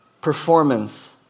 performance